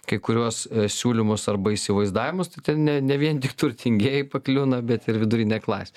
kai kuriuos siūlymus arba įsivaizdavimus tai ten ne vien tik turtingieji pakliūna bet ir vidurinė klasė